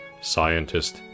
Scientist